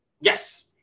Yes